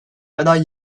aday